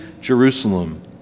Jerusalem